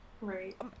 Right